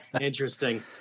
interesting